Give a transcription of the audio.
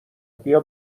بیا